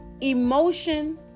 emotion